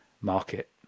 market